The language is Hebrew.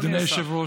אדוני היושב-ראש,